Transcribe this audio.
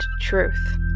truth